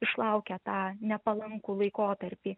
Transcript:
išlaukia tą nepalankų laikotarpį